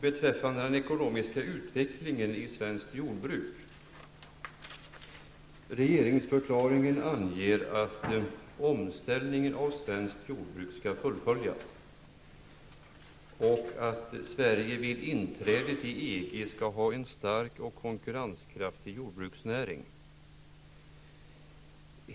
Beträffande den ekonomiska utvecklingen i svenskt jordbruk anger regeringsförklaringen att ''Omställningen av svenskt jordbruk skall fullföljas. '', samt att ''Sverige vid inträdet i EG skall ha en stark och konkurrenskraftig jordbruksnäring''.